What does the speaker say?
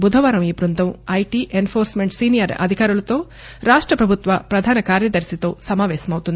బుధవారం ఈ బ్బందం ఐటీ ఎస్ఫోర్స్మెంట్ సీనియర్ అధికారులతో రాష్ట్ర ప్రభుత్వ ప్రధాన కార్యదర్శితో సమావవేశమవుతుంది